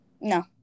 No